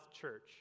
Church